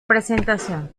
presentación